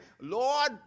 Lord